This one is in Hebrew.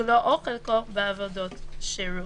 כולו או חלקו, בעבודות שירות."